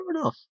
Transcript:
enough